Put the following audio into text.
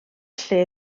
lle